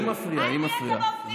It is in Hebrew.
היא מפריעה, היא מפריעה.